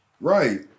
right